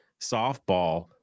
softball